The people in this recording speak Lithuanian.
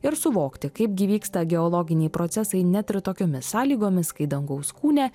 ir suvokti kaipgi vyksta geologiniai procesai net ir tokiomis sąlygomis kai dangaus kūne